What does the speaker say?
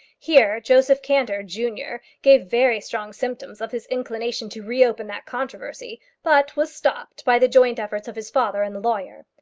here joseph cantor, junior, gave very strong symptoms of his inclination to reopen that controversy, but was stopped by the joint efforts of his father and the lawyer.